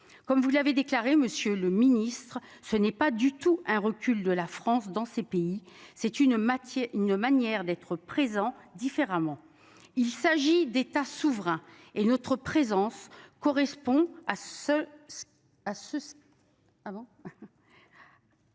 Comme vous l'avez déclaré Monsieur le Ministre, ce n'est pas du tout un recul de la France dans ces pays. C'est une matière. Une manière d'être présent différemment. Il s'agit d'États souverain et notre présence correspond à ce.